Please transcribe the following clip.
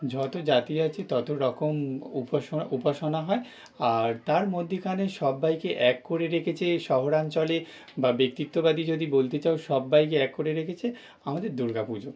যতো জাতি আছে ততো রকম উপাসনা উপাসনা হয় আর তার মদ্যিখানে সব্বাইকে এক করে রেখেছে এই শহরাঞ্চলে বা ব্যক্তিত্ববাদী যদি বলতে চাও সব্বাই এক করে রেখেছে আমাদের দুর্গা পুজো